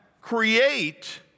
create